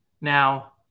Now